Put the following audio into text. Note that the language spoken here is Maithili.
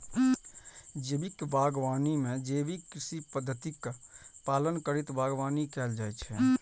जैविक बागवानी मे जैविक कृषि पद्धतिक पालन करैत बागवानी कैल जाइ छै